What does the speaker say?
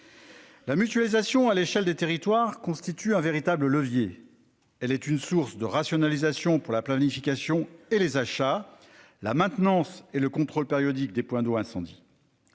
La mutualisation, à l'échelle des territoires constitue un véritable levier. Elle est une source de rationalisation pour la planification et les achats, la maintenance et le contrôle périodique des points d'eau incendie.